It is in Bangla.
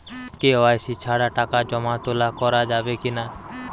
কে.ওয়াই.সি ছাড়া টাকা জমা তোলা করা যাবে কি না?